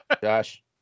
Josh